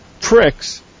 tricks